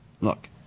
Look